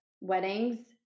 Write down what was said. weddings